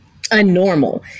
unnormal